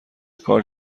کار